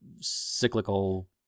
cyclical